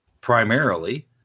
primarily